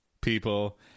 people